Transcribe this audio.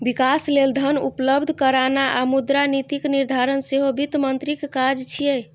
विकास लेल धन उपलब्ध कराना आ मुद्रा नीतिक निर्धारण सेहो वित्त मंत्रीक काज छियै